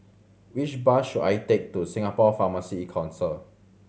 which bus should I take to Singapore Pharmacy Council